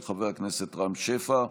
של חבר הכנסת רם שפע,